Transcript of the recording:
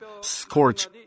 scorch